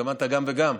התכוונת גם וגם?